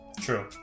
True